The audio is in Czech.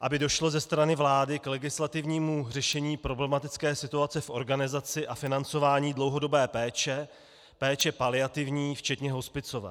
aby došlo ze strany vlády k legislativnímu řešení problematické situace v organizaci a financování dlouhodobé péče, péče paliativní včetně hospicové.